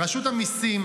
רשות המיסים,